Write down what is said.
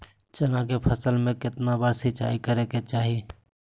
चना के फसल में कितना बार सिंचाई करें के चाहि?